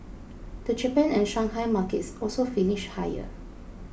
the Japan and Shanghai markets also finished higher